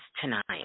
tonight